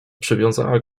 przywiązała